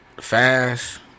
fast